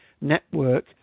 network